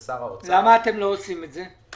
למה אתם לא עושים את זה?